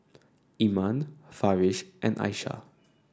Iman Farish and Aishah